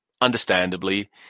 Understandably